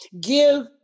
give